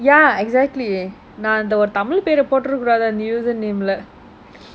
ya exactly நான் ஒரு தமிழ் பேறே போட்டுற கூடாது அந்த:naan oru thamizh pere pottura koodathu antha username leh